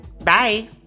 Bye